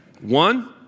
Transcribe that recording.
One